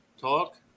talk